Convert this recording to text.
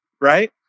Right